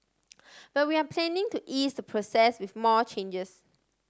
but we are planning to ease the process with more changes